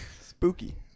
Spooky